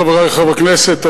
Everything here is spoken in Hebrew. חברי חברי הכנסת,